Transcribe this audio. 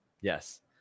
Yes